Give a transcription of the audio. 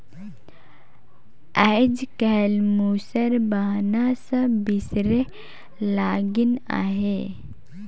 आएज काएल मूसर बहना सब बिसरे लगिन अहे